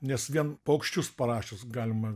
nes vien paukščius parašius galima